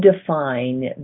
define